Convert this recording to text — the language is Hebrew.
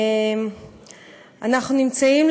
אנחנו נמצאים,